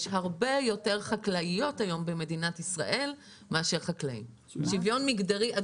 יש הרבה יותר חקלאיות היום במדינת ישראל מאשר חקלאים שוויון מגדרי.